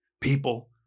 People